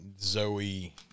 Zoe